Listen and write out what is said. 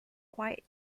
quite